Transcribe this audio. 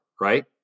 right